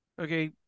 okay